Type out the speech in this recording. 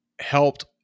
helped